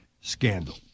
scandal